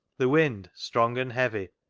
the wind, strong and heavy,